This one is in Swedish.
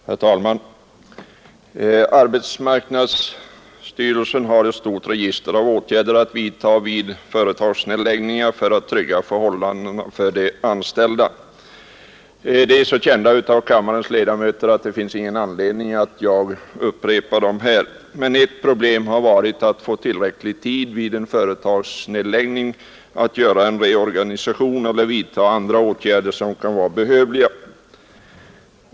Herr talman! Arbetsmarknadsstyrelsen har ett stort register av åtgärder att vidta vid företagsnedläggningar för att trygga förhållandena för de anställda. De är så kända för kammarens ledamöter att det inte finns någon anledning för mig att upprepa dem här. Ett problem har emellertid varit att få tillräcklig tid vid en företagsnedläggning för att göra en reorganisation eller vidta andra åtgärder som kan vara behövliga.